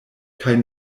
kaj